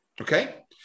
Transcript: okay